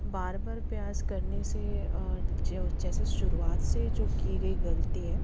बार बार प्रयास करने से और ज्यों जैसे शुरुआत से जो की गई गलती है